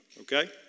okay